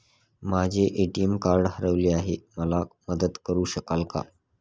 माझे ATM card हरवले आहे, मला मदत करु शकाल का?